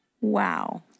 Wow